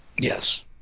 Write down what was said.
yes